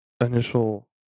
initial